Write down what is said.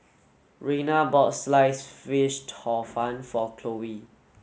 Raina bought Sliced Fish Hor Fun for Khloe